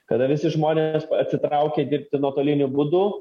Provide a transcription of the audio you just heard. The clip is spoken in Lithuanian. kada visi žmonės atsitraukė dirbti nuotoliniu būdu